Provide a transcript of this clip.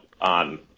on